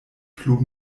plu